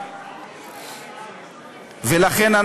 לכן,